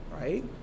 right